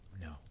No